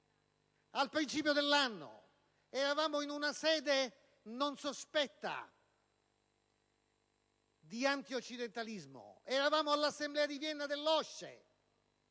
al principio dell'anno, in una sede non sospetta di antioccidentalismo, all'Assemblea di Vienna dell'OSCE.